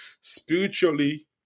spiritually